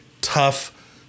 tough